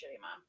mom